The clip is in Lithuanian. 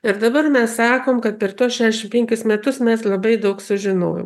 ir dabar mes sakom kad per tuos šedešimt penkis metus mes labai daug sužinojom